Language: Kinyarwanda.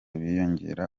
biyongera